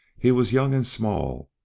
he was young and small,